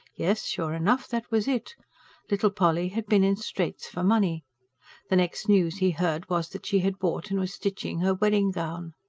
yes, sure enough, that was it little polly had been in straits for money the next news he heard was that she had bought and was stitching her wedding-gown.